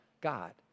God